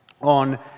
on